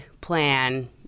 plan